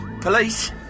Police